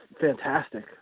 fantastic